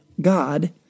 God